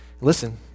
Listen